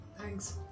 Thanks